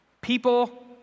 people